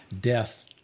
death